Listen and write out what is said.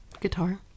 guitar